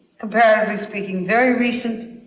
comparatively speaking, very recent,